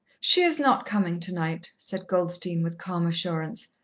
she is not coming tonight, said goldstein with calm assurance.